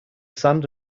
sand